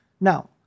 Now